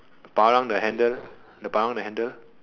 parang the handle the parang the handle